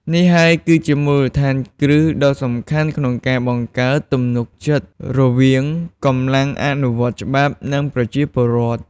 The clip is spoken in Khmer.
នេះហើយគឺជាមូលដ្ឋានគ្រឹះដ៏សំខាន់ក្នុងការបង្កើតទំនុកចិត្តរវាងកម្លាំងអនុវត្តច្បាប់ និងប្រជាពលរដ្ឋ។